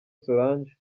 solange